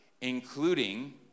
including